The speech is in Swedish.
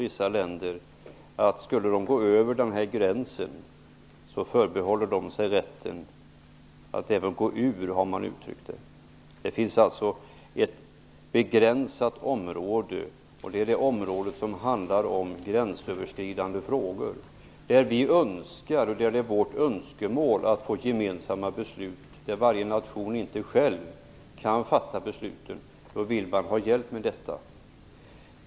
Vissa länder har också uttalat att de förbehåller sig rätten att gå ur om man skulle gå över gränsen. Det finns alltså ett begränsat område, nämligen det som handlar om gränsöverskridande frågor, där det är vårt önskemål att få gemensamma beslut. Där kan inte varje nation själv fatta besluten, utan de vill ha hjälp med detta.